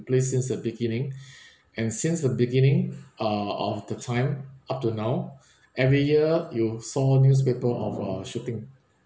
place since the beginning and since the beginning uh of the time up to now every year you saw newspaper of uh shooting